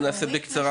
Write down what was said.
תודה.